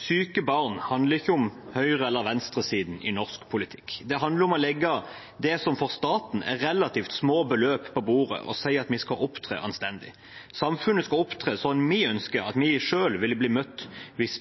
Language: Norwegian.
syke barn, handler ikke om høyre- eller venstresiden i norsk politikk. Det handler om å legge det som for staten er relativt små beløp, på bordet og si at vi skal opptre anstendig. Samfunnet skal opptre sånn som vi ønsker at vi selv ville bli møtt hvis